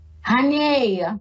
Honey